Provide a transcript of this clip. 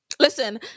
Listen